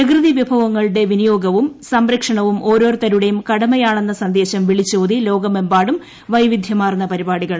പ്രകൃതിവിഭവങ്ങളുടെ വിനിയോഗവും സംരക്ഷണവും ഓരോരുത്തരുടെയും കടമയാണെന്ന സന്ദേശം വിളിച്ചോതി ലോകമെമ്പാടും വൈവിദ്ധ്യമാർന്ന പരിപാടികൾ